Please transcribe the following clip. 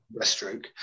breaststroke